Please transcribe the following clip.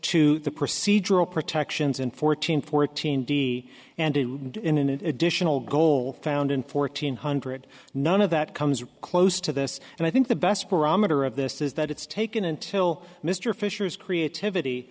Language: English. to the procedural protections in fourteen fourteen d and in an additional goal found in fourteen hundred none of that comes close to this and i think the best barometer of this is that it's taken until mr fischer is creativity